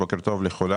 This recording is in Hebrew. בוקר טוב לכולם,